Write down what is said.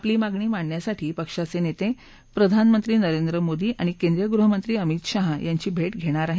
आपली मागणी मांडण्यासाठी पक्षाचे नेते प्रधानमंत्री नरेंद्र मोदी आणि केंद्रीय गृहमंत्री अमित शाह यांची भेट घेणार आहेत